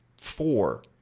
four